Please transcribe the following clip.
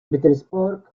petersburg